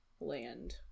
land